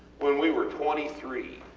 when we were twenty three,